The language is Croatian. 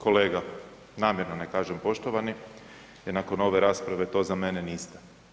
Kolega, namjerno ne kažem poštovani jer nakon ove rasprave to za mene niste.